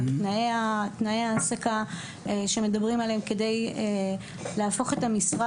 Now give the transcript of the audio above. תנאי ההעסקה שמדברים עליהם כדי להפוך את המשרה